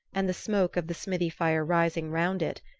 and the smoke of the smithy fire rising round it,